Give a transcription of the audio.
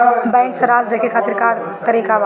Bank सराश देखे खातिर का का तरीका बा?